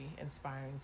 inspiring